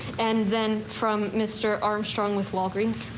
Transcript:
and then from mister armstrong with walgreens.